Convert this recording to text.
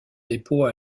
dépôt